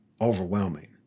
overwhelming